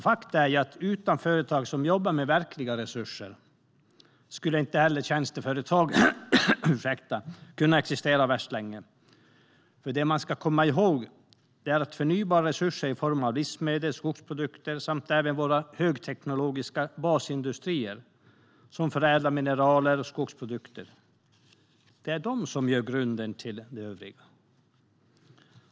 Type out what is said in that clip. Faktum är att utan företag som jobbar med verkliga resurser skulle inte heller tjänsteföretag kunna existera värst länge. Man ska komma ihåg att förnybara resurser i form av livsmedel, skogsprodukter samt även våra högteknologiska basindustrier som förädlar mineraler och skogsprodukter är grunden till det övriga.